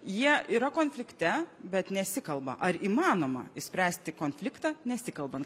jie yra konflikte bet nesikalba ar įmanoma išspręsti konfliktą nesikalbant